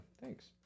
thanks